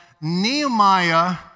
Nehemiah